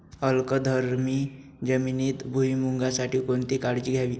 अल्कधर्मी जमिनीत भुईमूगासाठी कोणती काळजी घ्यावी?